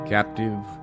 Captive